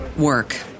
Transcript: work